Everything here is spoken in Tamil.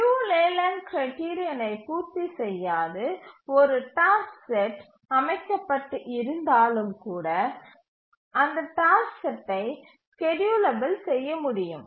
லியு லேலேண்ட் கிரைடிரியனை பூர்த்தி செய்யாது ஒரு டாஸ்க் செட் அமைக்கப்பட்டு இருந்தாலும் கூட அந்த டாஸ்க் செட்டை ஸ்கேட்யூல் செய்ய முடியும்